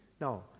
Now